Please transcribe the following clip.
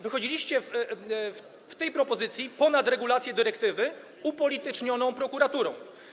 Wychodziliście w tej propozycji ponad regulacje dyrektywy upolitycznioną prokuraturą.